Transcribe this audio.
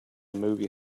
movie